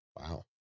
Wow